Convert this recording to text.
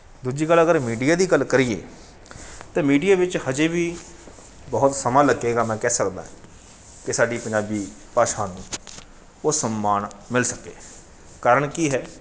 ਦੂਜੀ ਗੱਲ ਅਗਰ ਮੀਡੀਆ ਦੀ ਗੱਲ ਕਰੀਏ ਤਾਂ ਮੀਡੀਆ ਵਿੱਚ ਹਜੇ ਵੀ ਬਹੁਤ ਸਮਾਂ ਲੱਗੇਗਾ ਮੈਂ ਕਹਿ ਸਕਦਾ ਕਿ ਸਾਡੀ ਪੰਜਾਬੀ ਭਾਸ਼ਾ ਨੂੰ ਉਹ ਸਨਮਾਨ ਮਿਲ ਸਕੇ ਕਾਰਨ ਕੀ ਹੈ